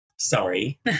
Sorry